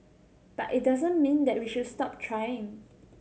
but it doesn't mean that we should stop trying